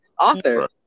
author